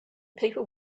people